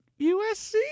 USC